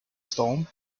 storm